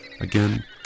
again